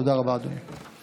תודה רבה, אדוני.